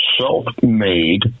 self-made